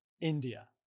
India